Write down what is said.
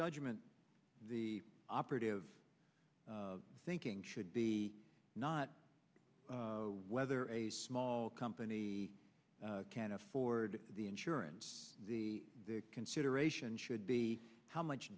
judgment the operative thinking should be not whether a small company can afford the insurance the consideration should be how much